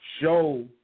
Show